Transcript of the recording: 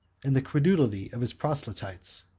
and the credulity of his proselytes.